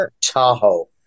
Tahoe